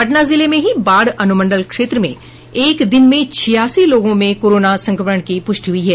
पटना जिले में ही बाढ़ अनुमंडल क्षेत्र में एक दिन में छियासी लोगों में कोरोना संक्रमण की पुष्टि हुई है